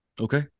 okay